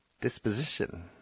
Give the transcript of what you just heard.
disposition